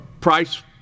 price